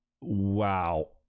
wow